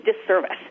disservice